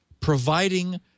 providing